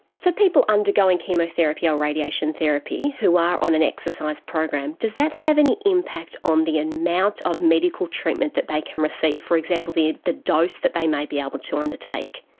for people undergoing chemotherapy or radiation therapy who are on an exercise program, does that have any impact on the amount of medical treatment that they can receive? for example, the the dose that they may be able to undertake?